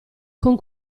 con